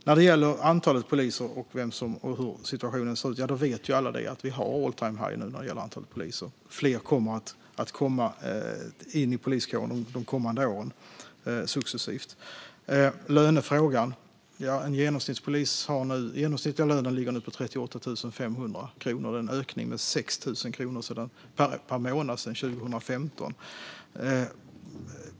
När det gäller antalet poliser och hur situationen ser ut vet ju alla att vi har all-time-high nu när det gäller antalet poliser, och fler kommer successivt att komma in i poliskåren de kommande åren. Den genomsnittliga lönen för en polis ligger nu på 38 500 kronor i månaden. Det är en ökning med 6 000 kronor i månaden sedan 2015.